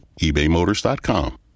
ebaymotors.com